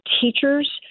teachers